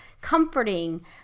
comforting